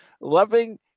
loving